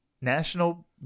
national